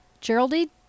Geraldine